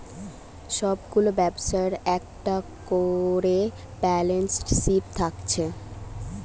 সব গুলা ব্যবসার একটা কোরে ব্যালান্স শিট থাকছে